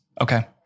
Okay